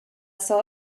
saw